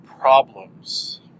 problems